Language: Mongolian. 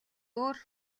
өөр